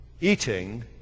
eating